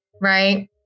Right